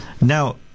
Now